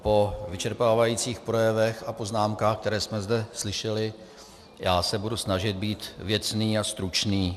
Po vyčerpávajících projevech a poznámkách, které jsme zde slyšeli, se budu snažit být věcný a stručný.